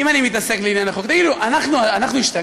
אם אני מתעסק בעניין החוק, תגידו, אנחנו השתגענו?